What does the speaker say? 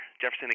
Jefferson